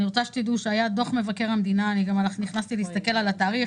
אני רוצה שתדעו שהיה דוח מבקר המדינה אני גם נכנסתי להסתכל על התאריך,